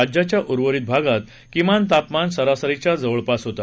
राज्याच्या उर्वरित भागात किमान तापमान सरासरीच्या जवळपास होता